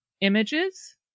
images